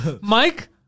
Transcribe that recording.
Mike